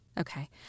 Okay